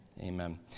Amen